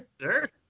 Sure